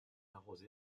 arrosé